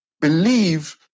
believe